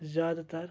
زیادٕ تَر